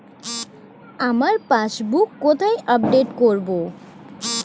আমার পাসবুক কোথায় আপডেট করব?